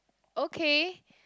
okay